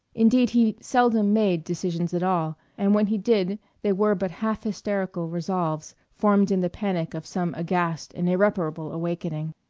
indeed he seldom made decisions at all, and when he did they were but half-hysterical resolves formed in the panic of some aghast and irreparable awakening.